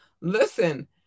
Listen